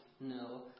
No